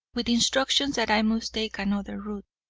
with instructions that i must take another route.